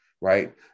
right